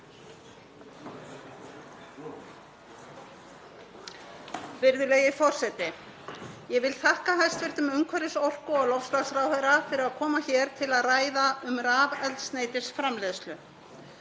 Virðulegi forseti. Ég vil þakka hæstv. umhverfis-, orku- og loftslagsráðherra fyrir að koma hér til að ræða um rafeldsneytisframleiðslu.